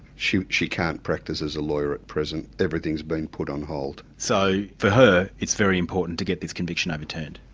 she she can't practise as a lawyer at present. everything's been put on hold. so for her, it's very important to get this conviction overturned.